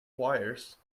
wires